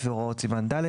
לפי הוראות סימן ד',